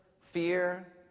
fear